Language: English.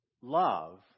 love